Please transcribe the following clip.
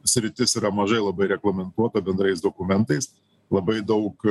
sritis yra mažai labai reglamentuota bendrais dokumentais labai daug